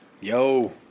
Yo